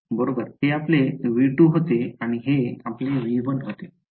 बरोबर हे आपले V2 होते आणि हे आपले V1 होते